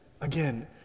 again